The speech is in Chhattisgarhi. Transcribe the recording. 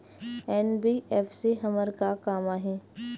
एन.बी.एफ.सी हमर का काम आही?